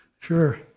Sure